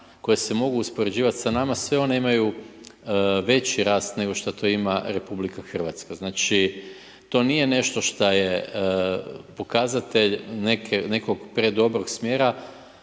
koje se mogu uspoređivati sa nama, sve one imaju veći rast nego što to ima RH. Znači to nije nešto što je pokazatelj nekog predobrog smjera,